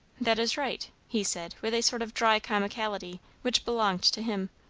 that is right, he said, with a sort of dry comicality which belonged to him,